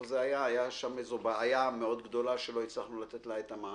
הייתה איזו בעיה מאוד גדולה שלא הצלחנו לתת לא את המענה.